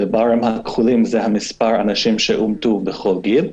פה זה האנשים שאומתו בכל גיל,